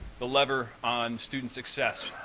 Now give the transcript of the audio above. the lever on student success,